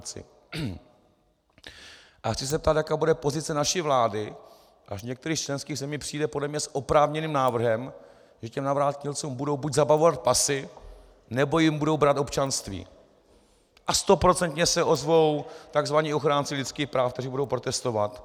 Chci se zeptat, jaká bude pozice naší vlády, až některá z členských zemí přijde podle mě s oprávněným návrhem, že navrátilcům budou buď zabavovat pasy, nebo jim budou brát občanství, a stoprocentně se ozvou tzv. ochránci lidských práv, kteří budou protestovat.